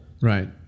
Right